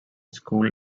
school